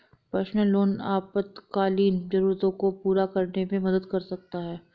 personal loan आपातकालीन जरूरतों को पूरा करने में मदद कर सकता है